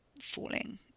falling